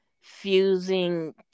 fusing